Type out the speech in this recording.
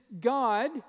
God